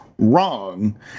wrong